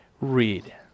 read